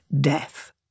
death